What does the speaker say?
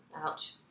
Ouch